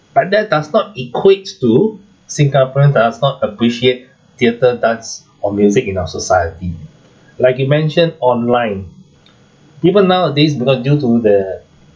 but that does not equate to singaporean does not appreciate theatre dance or music in our society like you mentioned online people nowadays because due to the